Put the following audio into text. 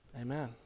Amen